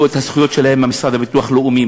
את הזכויות שלהם מהמוסד לביטוח לאומי,